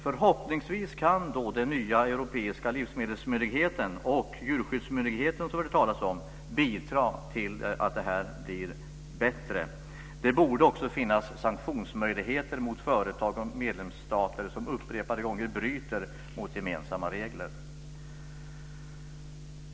Förhoppningsvis kan den nya europeiska livsmedelsmyndigheten och djurskyddsmyndigheten, som vi hörde talas om, bidra till att detta blir bättre. Det borde också finnas sanktionsmöjligheter mot företag och medlemsstater som upprepade gånger bryter mot gemensamma regler.